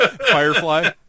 Firefly